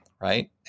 right